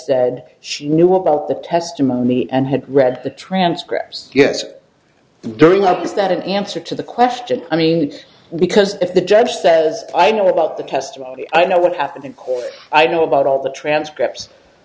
said she knew about the testimony and had read the transcripts yet during our is that an answer to the question i mean because if the judge says i know about the testimony i know what happened in court i know about all the transcripts